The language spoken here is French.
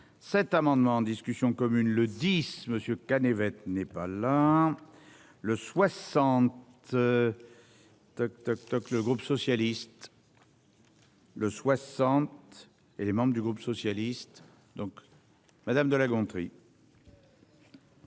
cet amendement en discussion commune le 10 monsieur K navette n'est pas là. Le 60. Toc toc toc. Le groupe socialiste. Le 60 et les membres du groupe socialiste donc. Madame de La Gontrie.